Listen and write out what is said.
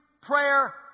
prayer